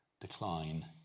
decline